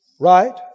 Right